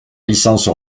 licence